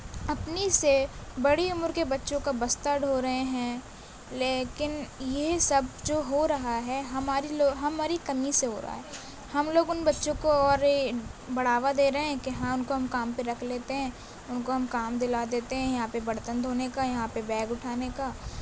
اپنی سے بڑی عمر کے بچوں کا بستہ ڈھو رہے ہیں لیکن یہی سب جو ہو رہا ہے ہماری ہماری کمی سے ہو رہا ہے ہم لوگ ان بچوں کو اور بڑھاوا دے رہے ہیں کہ ہاں ان کو ہم کام پہ رکھ لیتے ہیں ان کو ہم کام دلا دیتے ہیں یہاں پہ برتن دھونے کا یہاں پہ بیگ اٹھانے کا